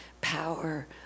power